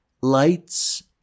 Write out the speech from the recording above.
lights